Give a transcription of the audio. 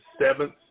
seventh